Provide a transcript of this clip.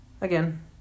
Again